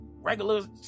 regular